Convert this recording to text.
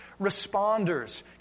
responders